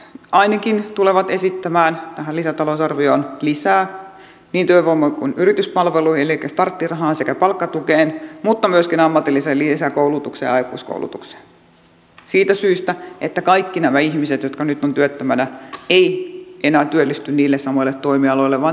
sosialidemokraatit ainakin tulevat esittämään tähän lisätalousarvioon lisää niin työvoima kuin yrityspalveluihin elikkä starttirahaan sekä palkkatukeen mutta myöskin ammatilliseen lisäkoulutukseen ja aikuiskoulutukseen siitä syystä että kaikki nämä ihmiset jotka nyt ovat työttömänä eivät enää työllisty niille samoille toimialoille vaan tarvitsevat jotain uutta